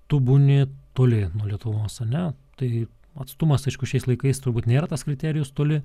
tu būni toli nuo lietuvos ane tai atstumas aišku šiais laikais turbūt nėra tas kriterijus toli